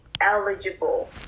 eligible